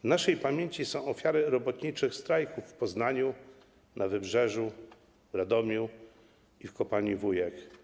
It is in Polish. W naszej pamięci są ofiary robotniczych strajków w Poznaniu, na Wybrzeżu, w Radomiu i w kopalni Wujek.